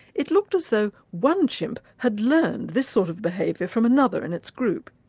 it looked as though one chimp had learned this sort of behaviour from another in its group,